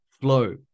flow